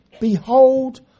Behold